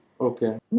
Okay